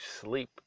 sleep